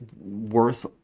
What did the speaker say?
worth